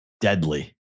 Deadly